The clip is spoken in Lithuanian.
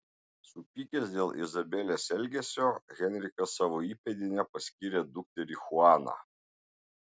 supykęs dėl izabelės elgesio henrikas savo įpėdine paskyrė dukterį chuaną